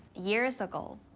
years ago,